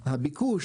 הביקוש